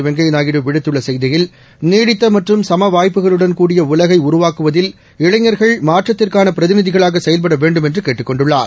வெங்கையநாயுடு விடுத்துள்ளசெய்தியில் நீடித்தமற்றும் சமவாய்ப்புகளுடன் கூடிய உலகைஉருவாக்குவதில் இளைஞர்கள் மாற்றத்திற்கானபிரதிநிதிகளாகசெயல்படவேண்டும் என்றுகேட்டுக் கொண்டுள்ளார்